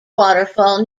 waterfall